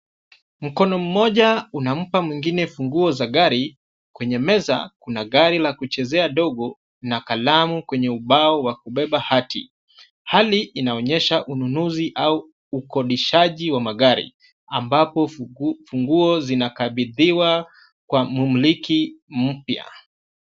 Mkono mmoja, unampa mwingine funguo za gari, kwenye meza kuna gari la kuchezea dogo na kalamu kwenye ubao wa kubeba hati. Hali inaonyesha ununuzi au ukodishaji wa magari ambapo funguo zina kabidhiwa kwa mmiliki mpya.